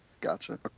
gotcha